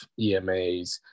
emas